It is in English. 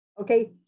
Okay